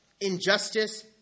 injustice